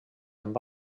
amb